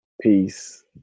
Peace